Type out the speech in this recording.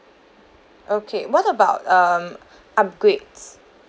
okay what about um upgrades